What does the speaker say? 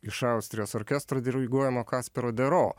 iš austrijos orkestro diriguojamo kaspero dero